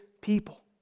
people